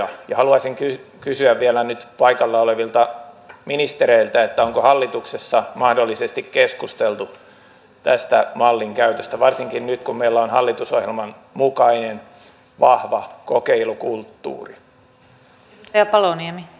ja haluaisin kysyä vielä nyt paikalla olevilta ministereiltä onko hallituksessa mahdollisesti keskusteltu tämän mallin käytöstä varsinkin nyt kun meillä on hallitusohjelman mukainen vahva kokeilukulttuuri